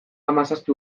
hamazazpi